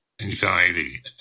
anxiety